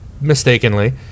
mistakenly